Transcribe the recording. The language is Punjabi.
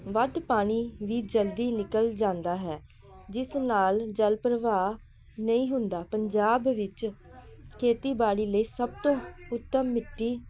ਵੱਧ ਪਾਣੀ ਵੀ ਜਲਦੀ ਨਿਕਲ ਜਾਂਦਾ ਹੈ ਜਿਸ ਨਾਲ ਜਲ ਪ੍ਰਵਾਹ ਨਹੀਂ ਹੁੰਦਾ ਪੰਜਾਬ ਵਿੱਚ ਖੇਤੀਬਾੜੀ ਲਈ ਸਭ ਤੋਂ ਉੱਤਮ ਮਿੱਟੀ